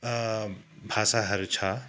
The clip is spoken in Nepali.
भाषाहरू छ